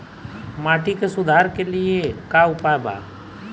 माटी के सुधार के लिए का उपाय बा?